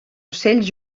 ocells